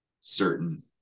certain